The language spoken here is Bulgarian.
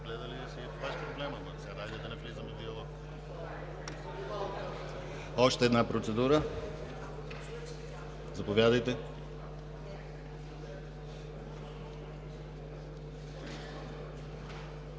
Още една процедура. Заповядайте.